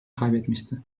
kaybetmişti